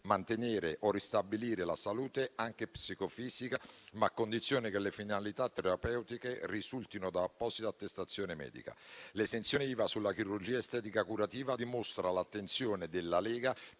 mantenere o ristabilire la salute anche psicofisica, ma a condizione che le finalità terapeutiche risultino da apposita attestazione medica. L'esenzione IVA sulla chirurgia estetica curativa dimostra l'attenzione della Lega